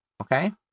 Okay